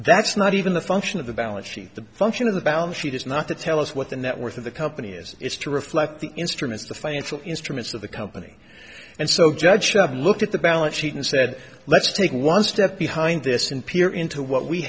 that's not even the function of the balance sheet the function of the balance sheet is not to tell us what the net worth of the company is it's to reflect the instruments the financial instruments of the company and so judge should have looked at the balance sheet and said let's take one step behind this in peer into what we